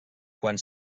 quan